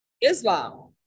Islam